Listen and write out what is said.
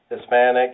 Hispanic